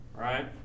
right